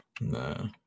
No